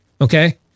okay